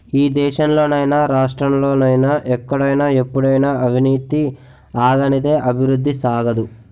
ఈ దేశంలో నైనా రాష్ట్రంలో నైనా ఎక్కడైనా ఎప్పుడైనా అవినీతి ఆగనిదే అభివృద్ధి సాగదు